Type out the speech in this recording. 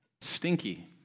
stinky